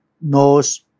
knows